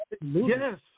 Yes